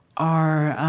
are